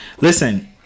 Listen